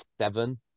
seven